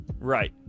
Right